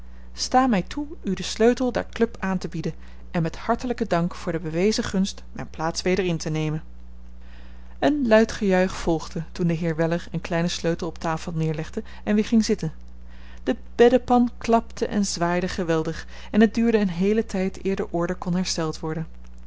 staat mij toe u den sleutel der club aan te bieden en met hartelijken dank voor de bewezen gunst mijn plaats weder in te nemen een luid gejuich volgde toen de heer weller een kleinen sleutel op tafel neerlegde en weer ging zitten de beddepan klapte en zwaaide geweldig en het duurde een heelen tijd eer de orde kon hersteld worden